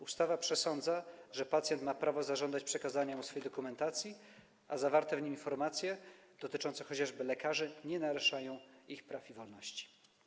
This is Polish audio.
Ustawa przesądza, że pacjent ma prawo zażądać przekazania mu jego dokumentacji, a zawarte w niej informacje dotyczące lekarzy nie naruszają ich praw i wolności.